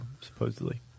supposedly